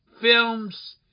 film's